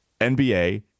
nba